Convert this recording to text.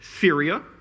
Syria